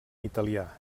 italià